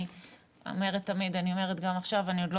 אני אומרת תמיד ואני אומרת גם עכשיו: אני עוד לא